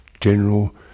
general